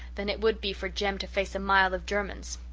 than it would be for jem to face a mile of germans.